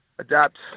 adapt